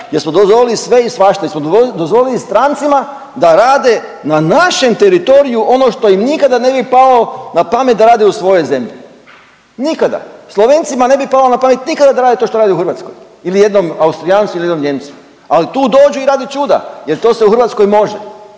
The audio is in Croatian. gdje smo dozvolili sve i svašta, gdje smo dozvolili strancima da rade na našem teritoriju ono što im nikada ne bi pao na pamet da rade u svojoj zemlji. Nikada. Slovencima ne bi palo na pamet nikada da rade to što rade u Hrvatskoj ili jednom Austrijancu ili jednom Nijemcu. Ali tu dođu i rade čuda jer to se u Hrvatskoj može,